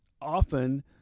often